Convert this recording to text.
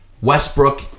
Westbrook